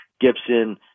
Gibson